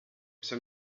c’est